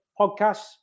podcast